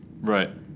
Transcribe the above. Right